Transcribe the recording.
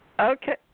Okay